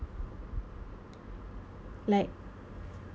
like